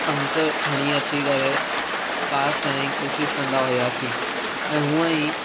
अंक खणी अची करे पास थियण जी कोशिशि कंदा हुआसीं ऐं हूअं ई